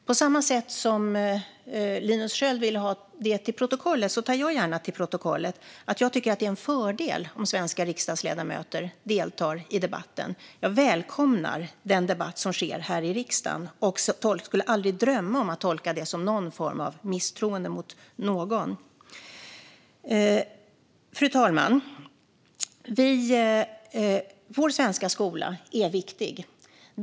På samma sätt som Linus Sköld vill jag gärna ha fört till protokollet att jag tycker att det är en fördel att svenska riksdagsledamöter deltar i debatten. Jag välkomnar den debatt som sker här i riksdagen och skulle aldrig drömma om att tolka den som någon form av misstroende mot någon. Fru talman! Vår svenska skola är viktig.